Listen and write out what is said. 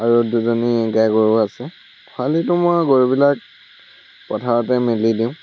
আৰু দুজনী গাই গৰু আছে খৰালিতো মই গৰুবিলাক পথাৰতে মেলি দিওঁ